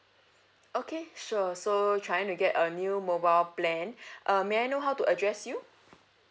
okay sure so you trying to get a new mobile plan uh may I know how to address you